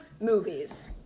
movies